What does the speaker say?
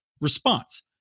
response